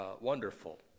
wonderful